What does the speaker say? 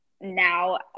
now